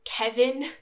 Kevin